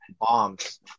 bombs